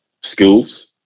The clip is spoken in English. schools